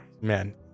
man